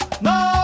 no